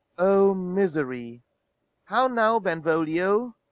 o, misery how now, benvolio!